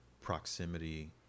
proximity